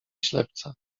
ślepca